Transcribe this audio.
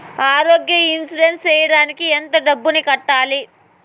ఆరోగ్య ఇన్సూరెన్సు సేయడానికి ఎంత డబ్బుని కట్టాలి?